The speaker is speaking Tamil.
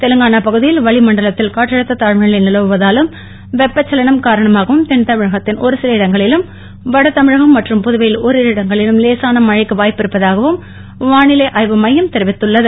தெலுங்கானா பகுதியில் வளிமண்டலத்தில் காற்றழுத்த தாழ்வுநிலை நிலவுவதாலும் வெப்பச்சலனம் காரணமாகவும் தென்தமிழகத்தின் ஒரு சில இடங்களிலும் வடதமிழகம் மற்றும் புதுவையில் ஒரிரு இடங்களிலும் லேசான மழைக்கு வாய்ப்புள்ளதாகவும் வானிலை ஆய்வு மையம் தெரிவித்துள்ளது